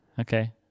Okay